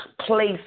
place